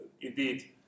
indeed